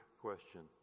question